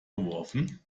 geworfen